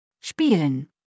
Spielen